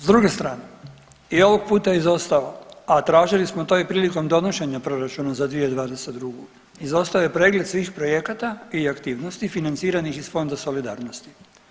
S druge strane i ovog puta izostao, a tražili smo to i prilikom donošenja proračuna za 2022., izostao je pregled svih projekata i aktivnosti financiranih iz fonda solidarnosti.